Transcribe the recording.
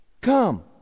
come